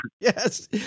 Yes